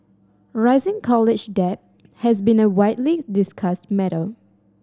rising college debt has been a widely discussed matter